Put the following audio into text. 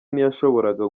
ntiyashoboraga